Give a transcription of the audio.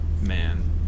man